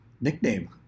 nickname